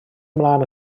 ymlaen